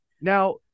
Now